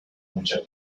mucha